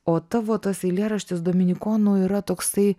o tavo tas eilėraštis dominikonų yra toksai